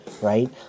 right